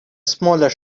smaller